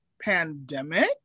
pandemic